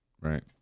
right